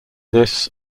this